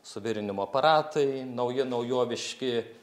suvirinimo aparatai nauji naujoviški